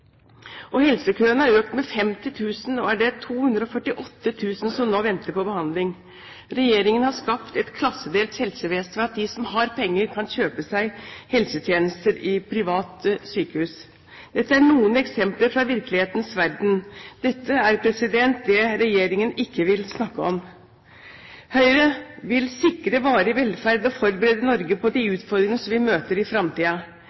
Og helsekøene har økt med 50 000, så det er nå 248 000 som venter på behandling. Regjeringen har skapt et klassedelt helsevesen ved at de som har penger, kan kjøpe seg helsetjenester i private sykehus. Dette er noen eksempler fra virkelighetens verden. Dette er det regjeringen ikke vil snakke om. Høyre vil sikre varig velferd, og forberede Norge på de utfordringene som vi møter i